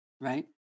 right